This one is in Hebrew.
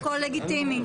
אני חושבת שזה לגיטימי.